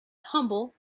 humble